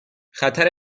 خطر